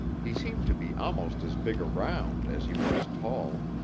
he seemed to be almost as big around as he was tall.